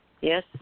Yes